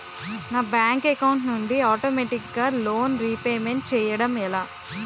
నా bank account నుండి ఆటోమేటిగ్గా లోన్ రీపేమెంట్ చేయడం ఎలా?